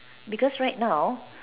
because right now